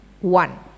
one